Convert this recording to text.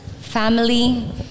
family